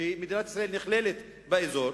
שמדינת ישראל נכללת באזור.